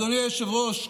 אדוני היושב-ראש,